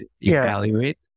evaluate